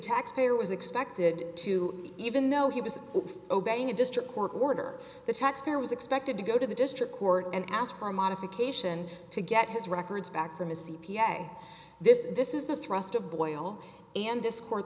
taxpayer was expected to even though he was obeying a district court order the taxpayer was expected to go to the district court and ask for a modification to get his records back from his c p a this is this is the thrust of boyle and this co